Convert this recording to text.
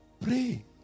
Pray